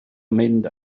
mynd